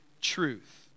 truth